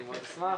אני מאוד אשמח.